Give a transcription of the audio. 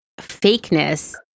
fakeness